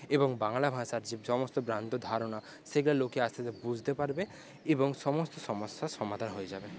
এবং বাংলা ভাষার যে সমস্ত ভ্রান্ত ধারণা সেটা আসলে লোকে বুঝতে পারবে এবং সমস্ত সমস্যার সমাধান হয়ে যাবে